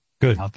good